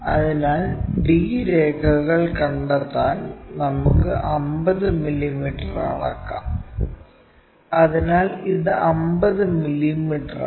അതിനാൽ d രേഖകൾ കണ്ടെത്താൻ നമുക്ക് 50 മില്ലീമീറ്റർ അളക്കാം അതിനാൽ ഇത് 50 മില്ലീമീറ്ററാണ്